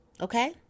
okay